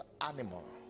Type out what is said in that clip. animal